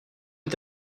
est